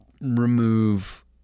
remove